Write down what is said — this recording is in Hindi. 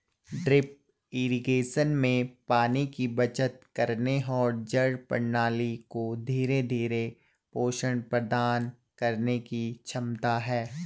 ड्रिप इरिगेशन में पानी की बचत करने और जड़ प्रणाली को धीरे धीरे पोषण प्रदान करने की क्षमता है